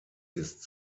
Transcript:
ist